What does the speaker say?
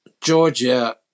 Georgia